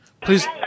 Please